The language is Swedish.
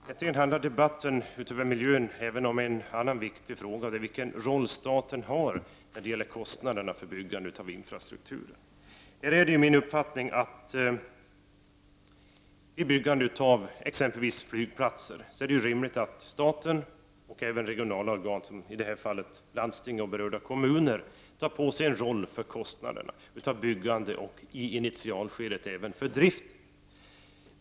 Denna debatt handlar, förutom om miljön, om en annan viktig fråga, nämligen vilken roll staten har när det gäller kostnaderna för byggandet av infrastrukturen. Det är min uppfattning att det är rimligt att staten och även regionala organ, som i detta fall landsting och berörda kommuner, vid byggandet av exempelvis flygplatser tar på sig ett ansvar för kostnaderna för byggandet och, i initialskedet, även för driften.